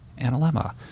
analemma